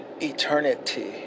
eternity